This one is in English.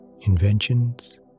inventions